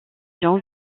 gens